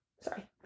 Sorry